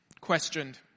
questioned